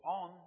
on